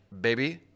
baby